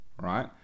right